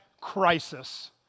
crisis